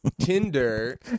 Tinder